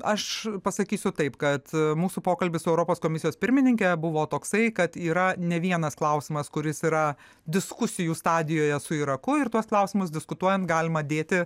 aš pasakysiu taip kad mūsų pokalbis su europos komisijos pirmininke buvo toksai kad yra ne vienas klausimas kuris yra diskusijų stadijoje su iraku ir tuos klausimus diskutuojant galima dėti